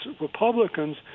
Republicans